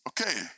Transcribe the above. Okay